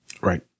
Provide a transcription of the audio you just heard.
Right